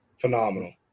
Phenomenal